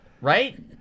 Right